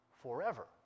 forever